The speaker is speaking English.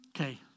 Okay